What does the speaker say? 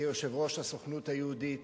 כיושב-ראש הסוכנות היהודית,